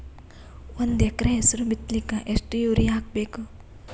ಒಂದ್ ಎಕರ ಹೆಸರು ಬಿತ್ತಲಿಕ ಎಷ್ಟು ಯೂರಿಯ ಹಾಕಬೇಕು?